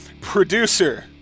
producer